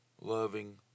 loving